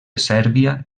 sèrbia